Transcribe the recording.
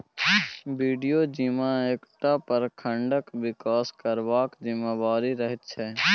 BDO जिम्मा एकटा प्रखंडक बिकास करबाक जिम्मेबारी रहैत छै